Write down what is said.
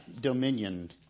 dominion